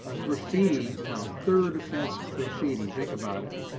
ah graffiti, now third offense graffiti, think about it,